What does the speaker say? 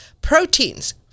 proteins